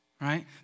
Right